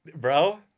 bro